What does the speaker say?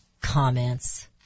comments